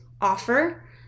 offer